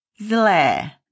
Zle